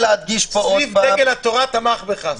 סניף דגל התורה באילת תמך בך.